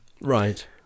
Right